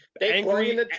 Angry